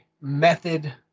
method